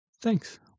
Thanks